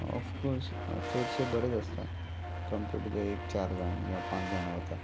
of course चडशे बरेच आसता कम्पॅर्ड टू धर एक चार जाण किंवा पांच जाणां वता